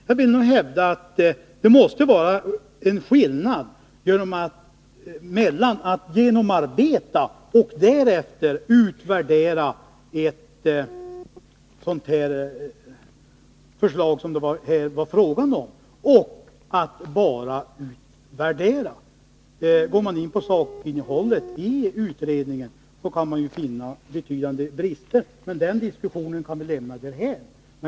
Jag vill hävda att det måste vara en skillnad mellan att genomarbeta och därefter utvärdera ett sådant förslag som det här var fråga om och att bara värdera. Går man in på sakinnehållet i utredningen kan man finna betydande brister, men den diskussionen kan vi lämna därhän.